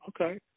Okay